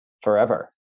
forever